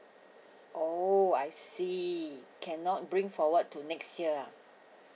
oh I see cannot bring forward to next year ah